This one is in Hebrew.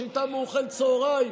שאיתם הוא אוכל צוהריים,